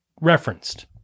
referenced